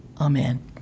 Amen